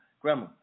grandma